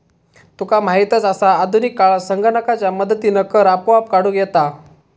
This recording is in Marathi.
तुका माहीतच आसा, आधुनिक काळात संगणकाच्या मदतीनं कर आपोआप काढूक येता